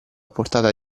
portata